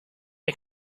are